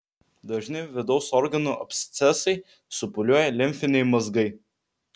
dažni vidaus organų abscesai supūliuoja limfiniai mazgai